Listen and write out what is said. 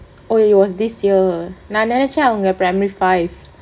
oh it was this year நான் நினைச்சேன்:naan ninaichaen primary five